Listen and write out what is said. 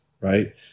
right